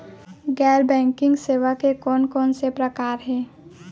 गैर बैंकिंग सेवा के कोन कोन से प्रकार हे?